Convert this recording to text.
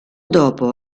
dopo